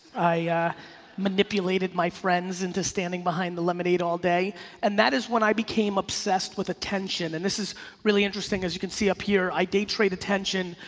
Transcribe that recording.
i manipulated my friends into standing behind the lemonade all day and that is when i became obsessed with attention and this is really interesting. as you can see up here, i day trade attention,